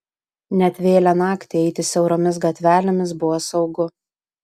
net vėlią naktį eiti siauromis gatvelėmis buvo saugu